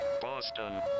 Boston